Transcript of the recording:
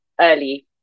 early